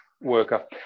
worker